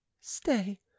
Stay